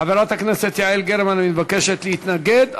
חברת הכנסת יעל גרמן מבקשת להתנגד,